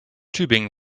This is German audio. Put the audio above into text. tübingen